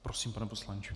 Prosím, pane poslanče.